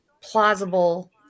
plausible